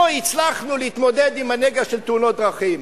לא הצלחנו להתמודד עם הנגע של תאונות דרכים.